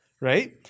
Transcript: right